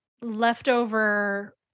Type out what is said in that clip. leftover